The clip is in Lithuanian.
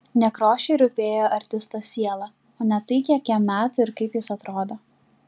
nekrošiui rūpėjo artisto siela o ne tai kiek jam metų ir kaip jis atrodo